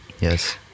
Yes